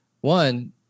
One